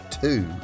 two